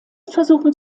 versuchen